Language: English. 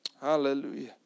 Hallelujah